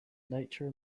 nature